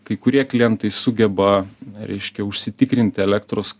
kai kurie klientai sugeba reiškia užsitikrinti elektros